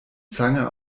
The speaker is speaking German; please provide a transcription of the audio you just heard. zange